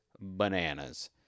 bananas